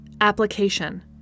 Application